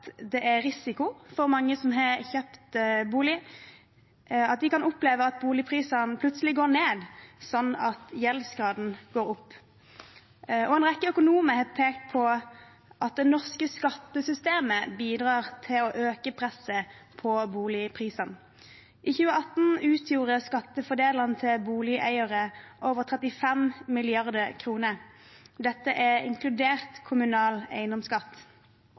det er risiko for at mange som har kjøpt bolig, kan oppleve at boligprisene plutselig går ned, slik at gjeldsgraden går opp. En rekke økonomer har pekt på at det norske skattesystemet bidrar til å øke presset på boligprisene. I 2018 utgjorde skattefordelene til boligeiere over 35 mrd. kr. Dette er inkludert kommunal eiendomsskatt.